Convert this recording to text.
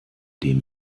dem